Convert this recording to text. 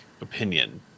opinion